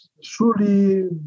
surely